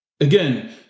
Again